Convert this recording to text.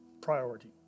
priority